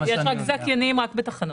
יש רק זכיינים בתחנות.